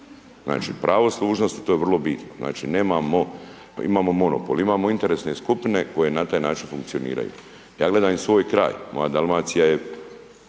Znači, pravo služnosti, to je vrlo bitno, znači, imamo monopol, imamo interesne skupine koje na taj način funkcioniraju. Ja gledam i svoj kraj, moja Dalmacija je